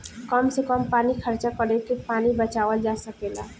कम से कम पानी खर्चा करके पानी बचावल जा सकेला